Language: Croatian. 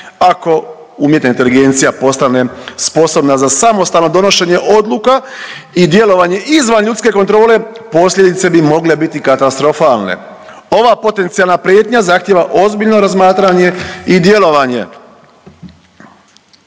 ako umjetna inteligencija postane sposobna za samostalno donošenje odluka i djelovanje izvan ljudske kontrole, posljedice bi mogle biti katastrofalne. Ova potencijalna prijetnja zahtijeva ozbiljno razmatranje i djelovanje.